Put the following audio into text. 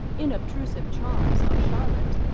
inobtrusive charms of charlotte,